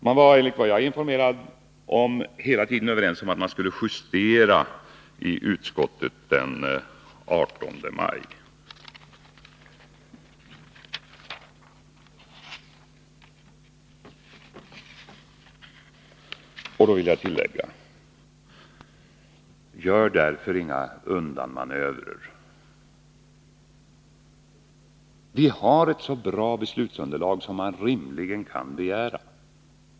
Man var, enligt vad jag är informerad om, hela tiden överens om att man skulle justera i utskottet den 18 maj. Då vill jag tillägga: Gör därför inga undanmanövrer! Vi har ett så bra beslutsunderlag som man rimligen kan begära.